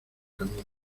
camino